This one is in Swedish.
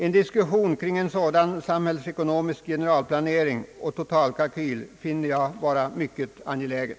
En diskussion kring en sådan samhällsekonomisk generalplanering och totalkalkyl finner jag vara mycket angelägen.